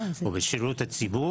אחריה עורך הדין אורן פונו.